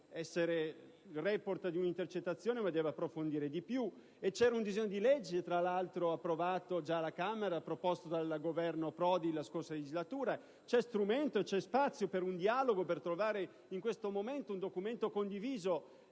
essere il *report* di una intercettazione, ma deve approfondire. Esiste un disegno di legge, tra l'altro già approvato dalla Camera, proposto dal Governo Prodi la scorsa legislatura: c'è spazio per un dialogo, per trovare in questo momento un testo condiviso,